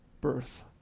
birth